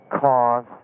cause